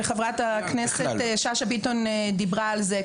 וחברת הכנסת שאשא ביטון דיברה על זה.